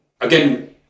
again